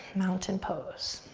mountain pose.